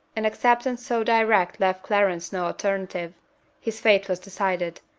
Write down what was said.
an acceptance so direct left clarence no alternative his fate was decided.